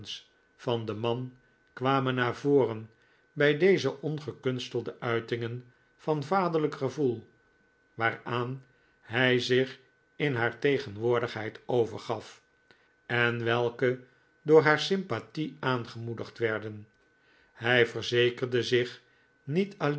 van den man kwamen naar voren bij deze ongekunstelde uitingen van vaderlijk gevoel waaraan hij zich in haar tegenwoordigheid overgaf en welke door haar sympathie aangemoedigd werden hij verzekerde zich niet